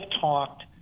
talked